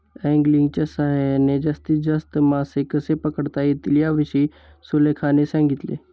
अँगलिंगच्या सहाय्याने जास्तीत जास्त मासे कसे पकडता येतील याविषयी सुलेखाने सांगितले